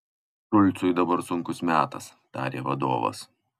šulcui dabar sunkus metas tarė vadovas